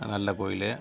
நல்ல கோவிலு